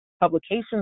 publications